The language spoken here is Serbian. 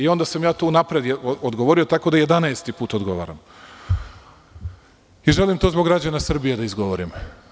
Onda sam unapred odgovorio, tako da jedanaesti put odgovaram i želim to zbog građana Srbije da izgovorim.